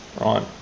right